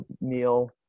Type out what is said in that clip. meal